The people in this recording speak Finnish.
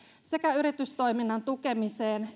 sekä yritystoiminnan tukemiseen